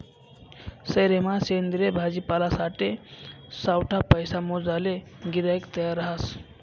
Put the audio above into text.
सयेरमा सेंद्रिय भाजीपालासाठे सावठा पैसा मोजाले गिराईक तयार रहास